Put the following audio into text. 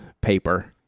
paper